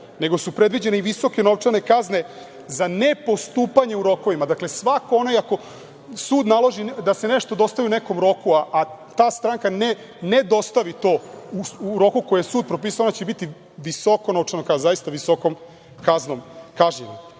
nego su predviđene visoke novčane kazne za ne postupanje u rokovima. Dakle, ako sud naloži da se nešto dostavi u nekom roku, a ta stranka ne dostavi to u roku koji je sud propisao, ona će biti zaista visokom kaznom kažnjena. Ono